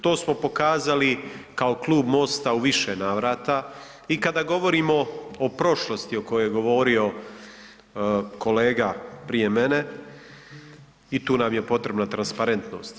To smo pokazali kao Klub MOST-a u više navrata i kada govorimo o prošlosti o kojoj je govorio kolega prije mene i tu nam je potrebna transparentnost.